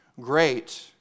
great